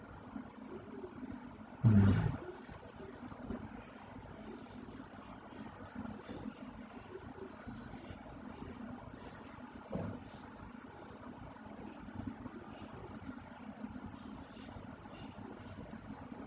mmhmm